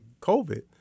COVID